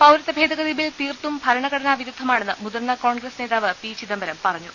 പൌരത്വഭേദഗതി bill തീർത്തും ഭൂരണ്ഘട്ടനാ വിരുദ്ധമാണെന്ന് മുതിർന്ന കോൺഗ്രസ് നേതാവ് പി ചിദ്ദംബരം പറഞ്ഞു